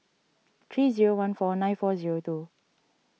three zero one four nine four zero two